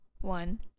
one